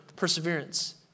perseverance